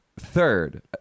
third